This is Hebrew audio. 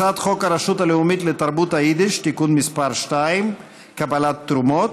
הצעת חוק הרשות הלאומית לתרבות היידיש (תיקון מס' 2) (קבלת תרומות),